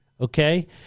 Okay